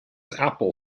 apple